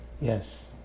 Yes